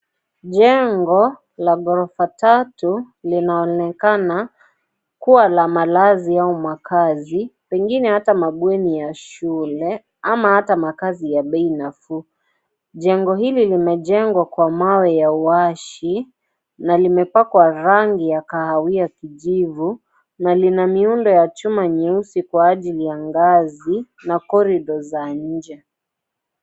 Jengo la gorofa tatu, linaonekana kuwa Na malazi au makazi, pengine hata mabweni ya shule ama hata makazi ya bei nafuu. Jengo hili limejengwa Kwa mawe uashi na limepakwa rangi ya kahawia kijivu na lina miundo ya chuma nyeusi kwa ajili ya ngazi na corridor za nje.